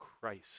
christ